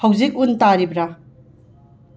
ꯍꯧꯖꯤꯛ ꯎꯟ ꯇꯥꯔꯤꯕ꯭ꯔꯥ